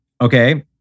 okay